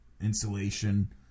insulation